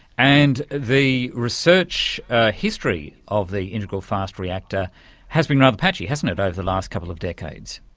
and the research history of the integral fast reactor has been rather patchy, hasn't it, over the last couple of decades.